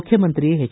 ಮುಖ್ಯಮಂತ್ರಿ ಎಚ್